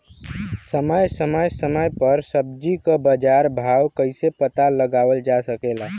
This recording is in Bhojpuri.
समय समय समय पर सब्जी क बाजार भाव कइसे पता लगावल जा सकेला?